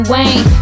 Wayne